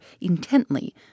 intently